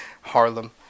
Harlem